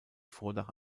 vordach